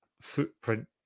footprint